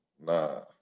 nah